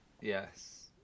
Yes